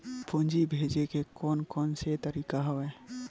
पूंजी भेजे के कोन कोन से तरीका हवय?